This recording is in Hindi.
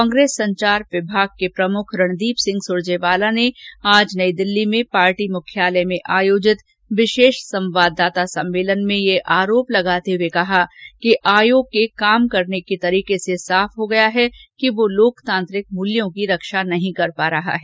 कांग्रेस संचार विभाग के प्रमुख रणदीपसिंह सुरजेवाला ने आज नई दिल्ली में पार्टी मुख्यालय में आयोजित विशेष संवाददाता सम्मलेन में यह आरोप लगाते हुए कहा कि आयोग के काम करने के तरीके से साफ हो गया है कि वह लोकतांत्रिक मूल्यों की रक्षा नहीं कर पा रहा है